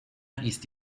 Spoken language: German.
ist